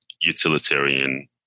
utilitarian